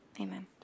amen